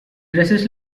dresses